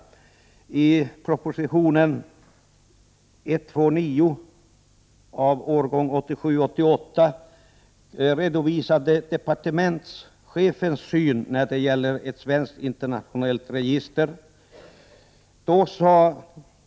ooo i proposition 1987/88:129 redovisade departementschefens syn när det gäller ett svenskt internationellt register.